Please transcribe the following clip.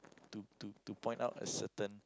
to to to point out a certain